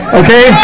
okay